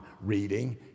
reading